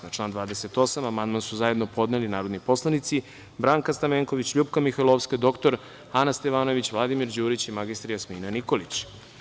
Na član 28. amandman su zajedno podneli narodni poslanici Branka Stamenković, LJupka Mihajlovska, dr Ana Stevanović, Vladimir Đurić i mr Jasmina Nikolić.